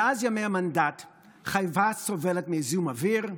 מאז ימי המנדט חיפה סובלת מזיהום אוויר,